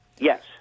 Yes